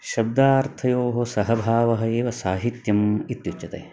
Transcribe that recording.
शब्दार्थयोः सहभावः एव साहित्यम् इत्युच्यते